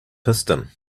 piston